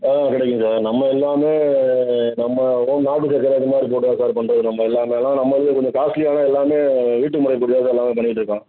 ஆ கிடைக்கும் சார் நம்ம எல்லாமே நம்ம ஓன் நாட்டு சக்கரை அது மாதிரி போட்டு தான் சார் பண்ணுறது நம்ம எல்லாமே அதுதான் நம்ம இதில் கொஞ்சம் காஸ்ட்லி ஏன்னா எல்லாமே வீட்டு முறைப்படி தான் சார் எல்லாமே பண்ணிகிட்ருக்கோம்